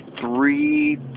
three